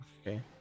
Okay